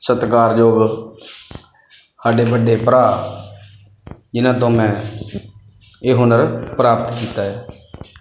ਸਤਿਕਾਰਯੋਗ ਸਾਡੇ ਵੱਡੇ ਭਰਾ ਜਿਹਨਾਂ ਤੋਂ ਮੈਂ ਇਹ ਹੁਨਰ ਪ੍ਰਾਪਤ ਕੀਤਾ ਹੈ